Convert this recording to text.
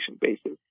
basis